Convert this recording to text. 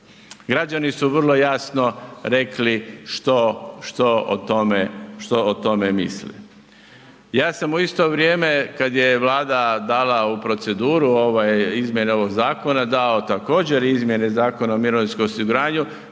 Građani su vrlo jasno rekli što o tome misle. Ja sam u isto vrijeme kad je Vlada dala u proceduru izmjene ovog zakona dao također izmjene Zakona o mirovinskom osiguranju